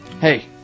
Hey